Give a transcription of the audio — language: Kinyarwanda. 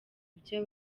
ibyo